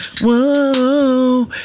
whoa